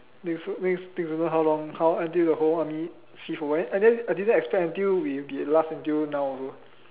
next next next don't know how long how until the whole army free from where and then I didn't expect I'm to we'll be last until now also